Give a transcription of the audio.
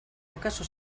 acaso